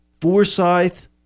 Forsyth